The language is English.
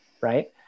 Right